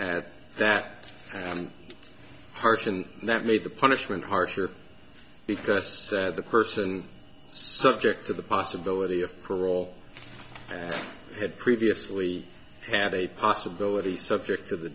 at that harkened that made the punishment harsher because the person subject to the possibility of parole had previously had a possibility subject to the